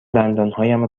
دندانهایم